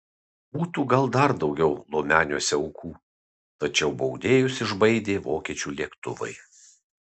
būtų gal dar daugiau lomeniuose aukų tačiau baudėjus išbaidė vokiečių lėktuvai